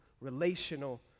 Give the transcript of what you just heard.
relational